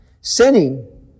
sinning